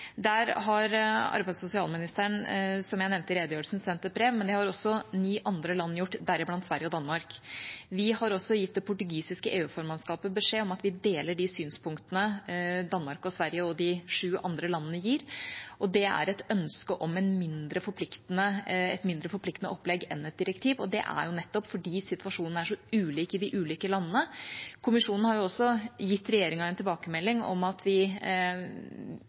Der har arbeids- og sosialministeren, som jeg nevnte i redegjørelsen, sendt et brev, men det har også ni andre land gjort, deriblant Sverige og Danmark. Vi har også gitt det portugisiske EU-formannskapet beskjed om at vi deler de synspunktene Danmark og Sverige og de sju andre landene har, og det er et ønske om et mindre forpliktende opplegg enn et direktiv. Det er nettopp fordi situasjonen er så ulik i de ulike landene. Kommisjonen har også gitt regjeringa en tilbakemelding om at